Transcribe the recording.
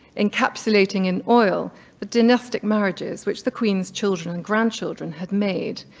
encapsulating in oil the dynastic marriages which the queen's children and grandchildren had made,